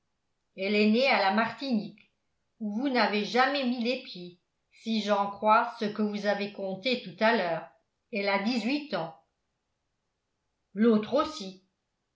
elle est née à la martinique où vous n'avez jamais mis les pieds si j'en crois ce que vous avez conté tout à l'heure elle a dix-huit ans l'autre aussi